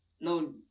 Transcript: No